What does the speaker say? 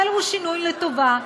אבל הוא שינוי לטובה,